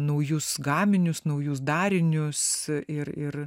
naujus gaminius naujus darinius ir ir